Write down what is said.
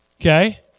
Okay